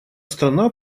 страна